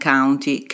County